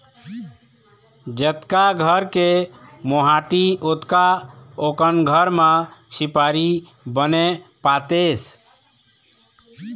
जतका घर के मोहाटी ओतका अकन घर म झिपारी बने पातेस